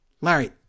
Larry